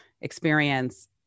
experience